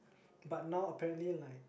but now apparently like